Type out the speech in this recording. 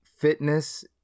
fitness